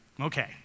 Okay